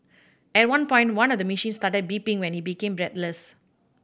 at one point one of the machines started beeping when he became breathless